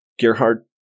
Gerhard